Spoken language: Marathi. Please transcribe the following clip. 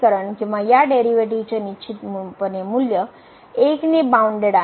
तर येथे हे समिकरण किंवा या डेरीवेटीव चे निश्चित पणे मूल्य 1 ने बाउनडेड आहे